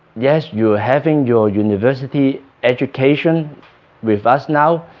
yes, you're having your university education with us now,